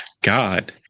God